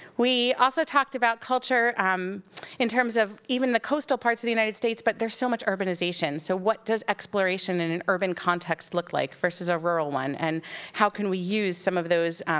we also talked about culture um in terms of even the coastal parts of the united states, but there's so much urbanization, so what does exploration in an urban context look like, versus a rural on, and how can we use some of those